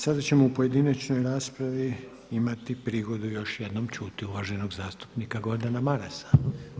Sada ćemo u pojedinačnoj raspravi imati prigodu još jednom čuti uvaženog zastupnika Gordana Marasa.